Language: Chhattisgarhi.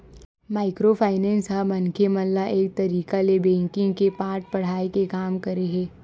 माइक्रो फायनेंस ह मनखे मन ल एक तरिका ले बेंकिग के पाठ पड़हाय के काम करे हे